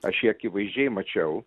aš jį akivaizdžiai mačiau